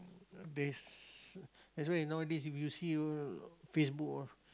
there's that's why nowadays if you see Facebook all